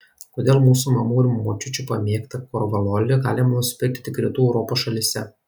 kodėl mūsų mamų ir močiučių pamėgtą korvalolį galima nusipirkti tik rytų europos šalyse